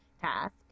task